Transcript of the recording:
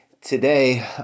today